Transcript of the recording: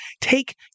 take